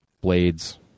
Blades